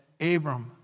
Abram